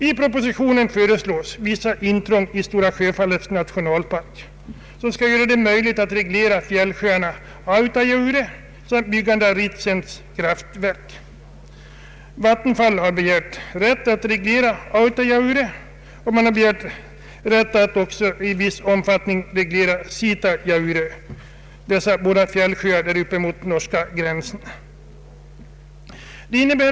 I propositionen föreslås vissa intrång i Stora sjöfallets nationalpark, som skall göra det möjligt att reglera fjällsjön Autajaure och byggandet av Ritsems kraftverk. Vattenfall har begärt rätt att reglera Autajaure och att i viss omfattning reglera Sitasjaure; fjällsjöar längst upp emot norska gränsen.